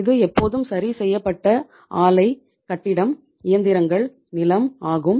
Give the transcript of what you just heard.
இது எப்போதும் சரி செய்யப்பட்ட ஆலை கட்டிடம் இயந்திரங்கள் நிலம் ஆகும்